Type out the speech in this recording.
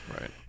Right